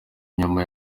nyuma